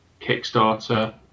Kickstarter